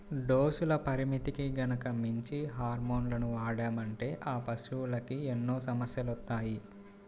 డోసుల పరిమితికి గనక మించి హార్మోన్లను వాడామంటే ఆ పశువులకి ఎన్నో సమస్యలొత్తాయి